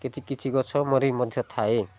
କିଛି କିଛି ଗଛ ମରି ମଧ୍ୟ ଥାଏ